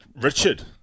Richard